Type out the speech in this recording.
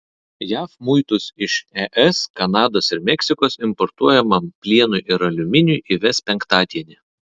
jav muitus iš es kanados ir meksikos importuojamam plienui ir aliuminiui įves penktadienį